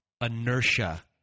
inertia